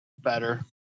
better